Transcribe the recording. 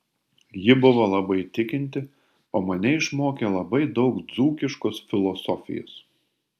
ji buvo labai tikinti o mane išmokė labai daug dzūkiškos filosofijos